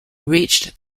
reached